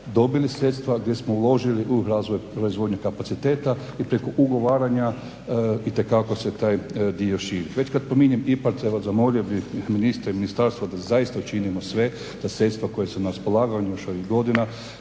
dobili sredstva gdje smo uložili u razvoj proizvodnje kapaciteta i preko ugovaranja itekako se taj dio širi. Već kad spominjem IPARD evo zamolio bih ministra i ministarstvo da zaista učinimo sve da sredstva koja su na raspolaganju još ovih godina,